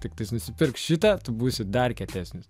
tiktais nusipirk šitą tu būsi dar kietesnis